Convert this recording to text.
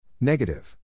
Negative